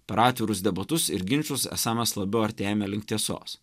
per atvirus debatus ir ginčus esą mes labiau artėjame link tiesos